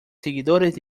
seguidores